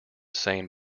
same